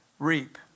reap